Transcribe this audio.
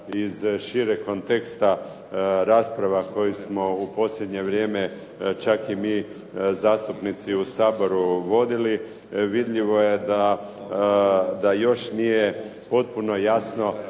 iz šireg konteksta rasprava koje smo u posljednje vrijeme čak i mi zastupnici u Saboru vodili, vidljivo je da još nije potpuno jasno